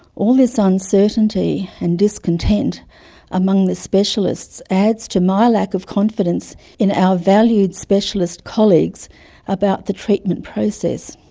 all this uncertainty and discontent among the specialists adds to my lack of confidence in our valued specialist colleagues about the treatment process.